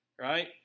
Right